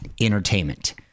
entertainment